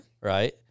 Right